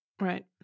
Right